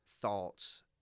thoughts